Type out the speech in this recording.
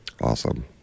Awesome